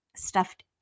stuffed